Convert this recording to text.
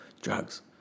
drugs